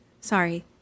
sorry